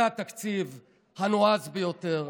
זה התקציב הנועז ביותר,